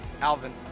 Alvin